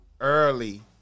early